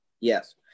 Yes